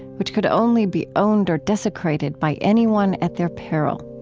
which could only be owned or desecrated by anyone at their peril